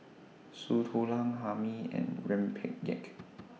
Soup Tulang Hae Mee and Rempeyek